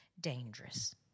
dangerous